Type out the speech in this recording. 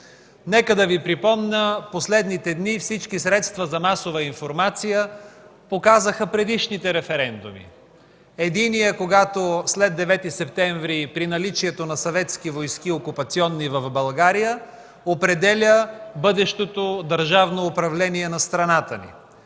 Нека Ви припомня: в последните дни всички средства за масова информация показаха предишните референдуми – единият, когато след 9 септември, при наличието на съветски окупационни войски в България, определя бъдещото държавно управление на страната.